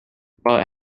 while